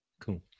Cool